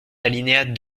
alinéas